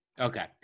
Okay